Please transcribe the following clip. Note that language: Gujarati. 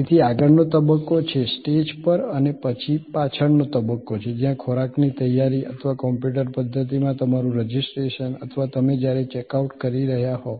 તેથી આગળનો તબક્કો છે સ્ટેજ પર અને પછી પાછળનો તબક્કો છે જ્યાં ખોરાકની તૈયારી અથવા કમ્પ્યુટર પધ્ધતિમાં તમારું રજિસ્ટ્રેશન અથવા તમે જ્યારે ચેકઆઉટ કરી રહ્યા હોવ